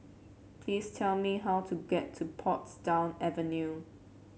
please tell me how to get to Portsdown Avenue